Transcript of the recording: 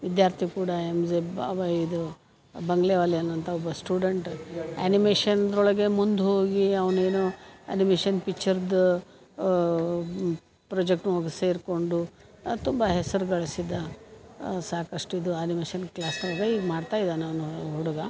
ವಿದ್ಯಾರ್ಥಿ ಕೂಡ M J ಬಾಬ ಇದು ಬಂಗ್ಲೆವಾಲೆ ಅನ್ನುವಂಥ ಒಬ್ಬ ಸ್ಟುಡೆಂಟ್ ಆ್ಯನಿಮೇಷನ್ದೊಳಗೆ ಮುಂದೆ ಹೋಗಿ ಅವನೇನೋ ಆ್ಯನಿಮೇಷನ್ ಪಿಚ್ಚರ್ದು ಪ್ರೊಜೆಕ್ಟ್ನೊಳಗೆ ಸೇರಿಕೊಂಡು ತುಂಬ ಹೆಸ್ರು ಗಳಿಸಿದ ಸಾಕಷ್ಟು ಇದು ಆ್ಯನಿಮೇಷನ್ ಕ್ಲಾಸ್ನೊಳ್ಗೆ ಈಗ ಮಾಡ್ತಾ ಇದಾನೆ ಅವನು ಹುಡುಗ